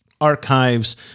archives